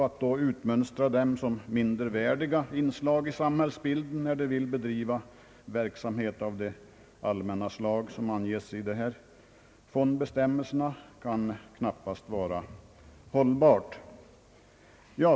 Att då utmönstra dem som mindre värdiga inslag i samhällsbilden när de vill bedriva verksamhet av det slag som anges i fondbestämmelserna kan knappast vara hållbart.